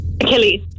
Achilles